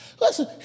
Listen